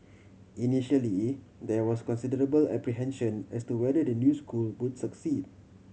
initially there was considerable apprehension as to whether the new school would succeed